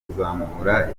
kuzamura